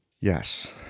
yes